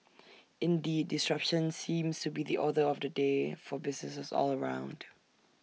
indeed disruption seems to be the order of the day for businesses all round